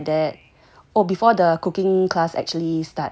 oh before the cooking class actually starts lah